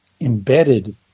embedded